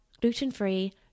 gluten-free